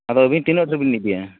ᱟᱫᱚ ᱟᱵᱤᱱ ᱛᱤᱱᱟᱹᱜ ᱰᱷᱮᱹᱨ ᱵᱤᱱ ᱤᱫᱤᱭᱟ